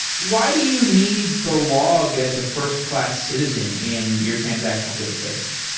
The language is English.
why do you need the log as a first-class citizen in your transactional database?